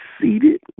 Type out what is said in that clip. seated